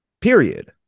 period